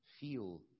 feel